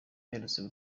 aherutse